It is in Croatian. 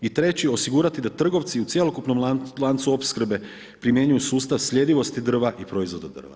I treće osigurati da trgovci u cjelokupnom lancu opskrbe primjenjuju sustav slijedivosti drva i proizvoda od drva.